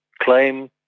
claim